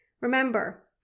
Remember